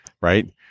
right